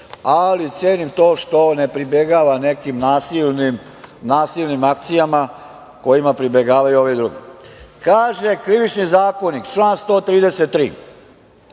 ali cenim to što ne pribegava nekim nasilnim akcijama kojima pribegavaju ovi drugi. Kaže Krivični zakonik, član 133.